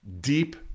deep